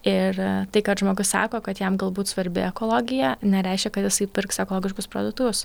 ir tai kad žmogus sako kad jam galbūt svarbi ekologija nereiškia kad jisai pirks ekologišku produktus